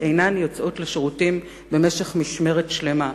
אינן יוצאות לשירותים במשך משמרת שלמה.